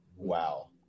Wow